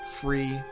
free